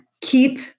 Keep